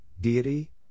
Deity